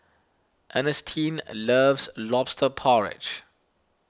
Ernestine loves Lobster Porridge